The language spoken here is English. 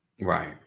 Right